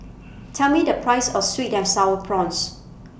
Tell Me The Price of Sweet and Sour Prawns